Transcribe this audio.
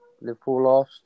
Liverpool